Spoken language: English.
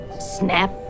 snap